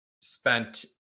spent